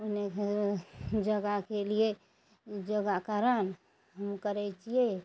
ओने योगाके लिये योगा कारण हम करय छियै